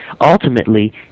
ultimately